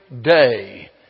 day